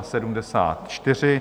74.